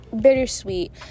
bittersweet